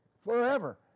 forever